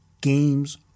games